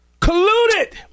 Colluded